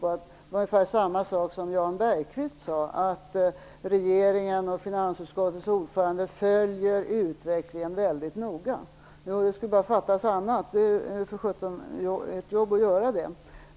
Det var ungefär detsamma som Jan Bergqvist sade, nämligen att regeringen och finansutskottets ordförande följer utvecklingen noga. Det skulle bara fattas annat! Det är ju för sjutton ert jobb att göra det!